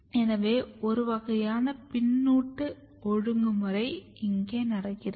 எனவே ஒரு வகையான பின்னூட்ட ஒழுங்குமுறை இங்கே நடக்கிறது